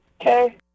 Okay